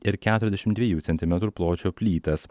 ir keturiasdešim dviejų centimetrų pločio plytas